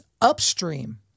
upstream